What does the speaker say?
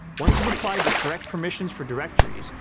once you've applied the correct permissions for directories,